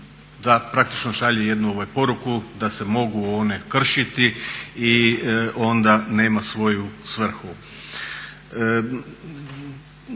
propisa onda šalje jednu poruku da se mogu one kršiti i onda nema svoju svrhu.